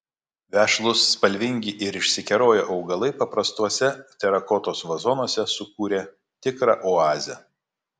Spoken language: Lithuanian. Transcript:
vešlūs spalvingi ir išsikeroję augalai paprastuose terakotos vazonuose sukūrė tikrą oazę